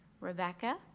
Rebecca